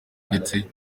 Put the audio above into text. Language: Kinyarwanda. ndetse